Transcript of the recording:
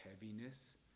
heaviness